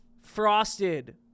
frosted